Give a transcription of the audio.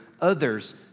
others